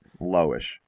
lowish